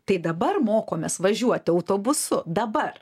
tai dabar mokomės važiuoti autobusu dabar